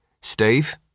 Steve